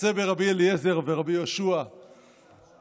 "מעשה ברבי אליעזר ורבי יהושע ורבי